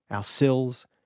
ah cells,